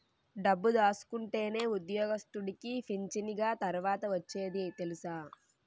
డబ్బు దాసుకుంటేనే ఉద్యోగస్తుడికి పింఛనిగ తర్వాత ఒచ్చేది తెలుసా